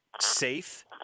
Safe